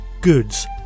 goods